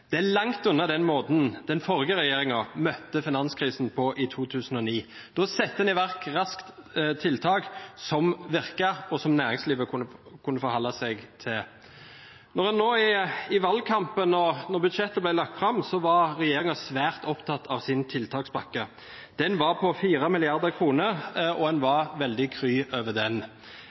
Det er langt unna måten den forrige regjeringen møtte finanskrisen på i 2009. Da satte en raskt i verk tiltak som virket, og som næringslivet kunne forholde seg til. Nå i valgkampen og da budsjettet ble lagt fram, var regjeringen svært opptatt av tiltakspakken sin. Den var på 4 mrd. kr, og en var veldig kry over den.